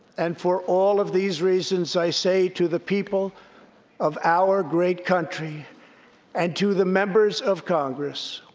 and for all of these reasons, i say to the people of our great country and to the members of congress,